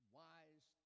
wise